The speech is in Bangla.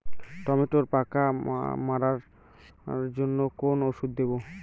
টমেটোর পোকা মারার জন্য কোন ওষুধ দেব?